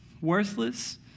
worthless